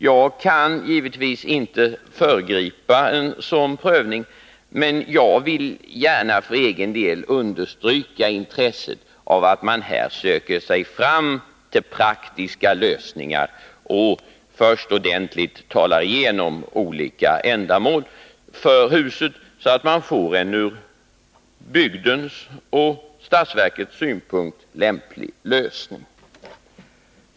Jag kan givetvis inte föregripa en sådan prövning. Men jag vill för egen del gärna understryka intresset av att man söker sig fram till praktiska lösningar och först ordentligt diskuterar olika ändamål för huset, så att man får en ur bygdens och statsverkets synpunkt lämplig lösning.